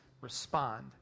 respond